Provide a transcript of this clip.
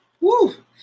Woo